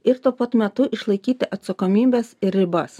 ir tuo pat metu išlaikyti atsakomybės ribas